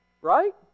Right